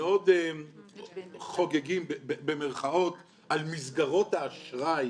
מאוד חוגגים במרכאות, על מסגרות האשראי